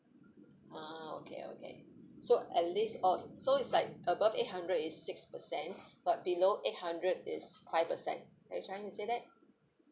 ah okay okay so at least orh so it's like above eight hundred is six percent but below eight hundred is five percent are you trying to say that